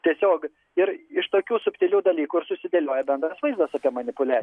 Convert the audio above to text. tiesiog ir iš tokių subtilių dalykų ir susidėlioja bendras vaizdas apie manipuliaciją